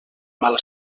mala